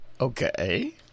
Okay